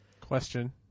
Question